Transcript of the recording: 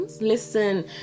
listen